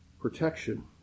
protection